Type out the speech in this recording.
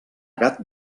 gat